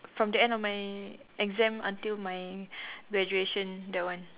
from the end of my exam until my graduation that one